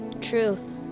Truth